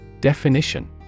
Definition